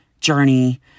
journey